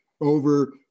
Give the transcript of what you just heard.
over